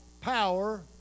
power